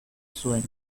zuen